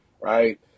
right